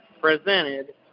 presented